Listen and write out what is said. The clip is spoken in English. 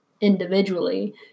individually